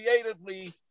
creatively